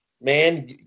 man